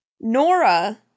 Nora